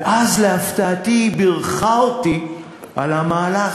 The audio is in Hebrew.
ואז, להפתעתי, היא בירכה אותי על המהלך.